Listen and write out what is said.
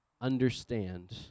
understand